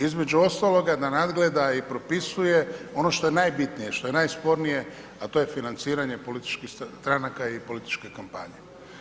Između ostaloga da nadgleda i propisuje ono što je najbitnije, što je najspornije a to je financiranje političkih stranaka i političke kampanje.